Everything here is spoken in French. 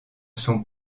sont